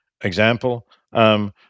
example